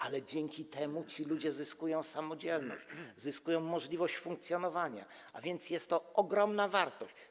Ale dzięki temu ci ludzie zyskują samodzielność, zyskują możliwość funkcjonowania, a więc jest to ogromna wartość.